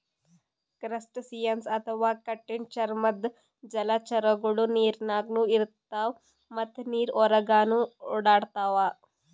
crustaceans ಅಥವಾ ಕಠಿಣ್ ಚರ್ಮದ್ದ್ ಜಲಚರಗೊಳು ನೀರಿನಾಗ್ನು ಇರ್ತವ್ ಮತ್ತ್ ನೀರ್ ಹೊರಗನ್ನು ಓಡಾಡ್ತವಾ